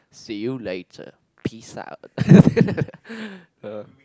see you later piss out